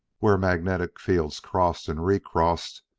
where magnetic fields crossed and recrossed,